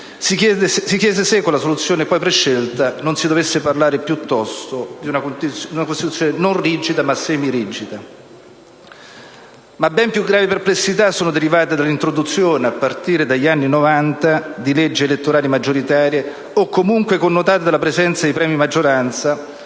si chiese se con la soluzione poi prescelta non si dovesse parlare piuttosto di una Costituzione non rigida, ma semirigida. Ma ben più gravi perplessità sono derivate dall'introduzione, a partire dagli anni Novanta, di leggi elettorali maggioritarie o comunque connotate dalla presenza di premi di maggioranza,